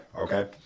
okay